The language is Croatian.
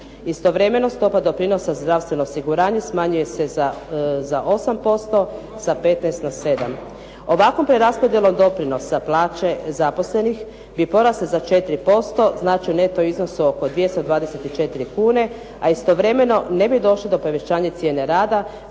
Istovremeno, stopa doprinosa za zdravstveno osiguranje smanjuje se za 8% sa 15 na 7. Ovakvom preraspodjelom doprinosa, plaće zaposlenih bi porasle za 4%, znači u neto iznosu oko 224 kune, a istovremeno ne bi došlo do povećanja cijene rada